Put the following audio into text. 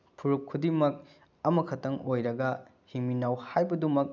ꯐꯨꯔꯨꯞ ꯈꯨꯗꯤꯡꯃꯛ ꯑꯃ ꯈꯛꯇꯪ ꯑꯣꯏꯔꯒ ꯍꯤꯡꯃꯤꯟꯅꯧ ꯍꯥꯏꯕꯗꯨꯃꯛ